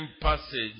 passage